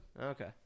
Okay